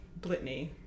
Blitney